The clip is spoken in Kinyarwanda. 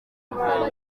ruhango